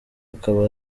akaba